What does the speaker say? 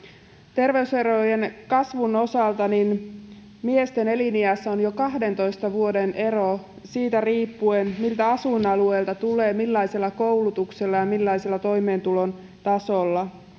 terveyserojen kasvun osalta miesten eliniässä on jo kahdentoista vuoden ero siitä riippuen miltä asuinalueelta tulee millaisella koulutuksella ja millaisella toimeentulon tasolla